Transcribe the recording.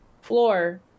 floor